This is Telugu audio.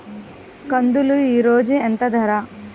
కందులు ఈరోజు ఎంత ధర?